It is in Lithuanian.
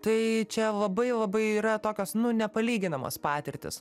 tai čia labai labai yra tokios nu nepalyginamos patirtys